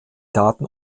daten